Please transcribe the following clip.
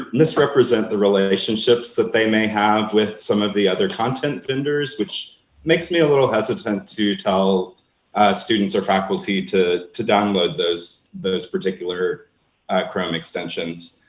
ah misrepresent the relationships that they may have with some of the other content vendors, which makes me a little hesitant to tell students or faculty to to download those those particular chrome extensions.